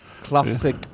classic